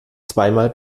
zweimal